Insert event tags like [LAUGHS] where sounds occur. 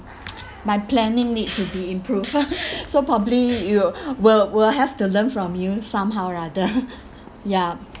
my planning need to be improved [LAUGHS] so probably you will will have to learn from you somehow rather ya